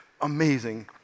amazing